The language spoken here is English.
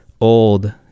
old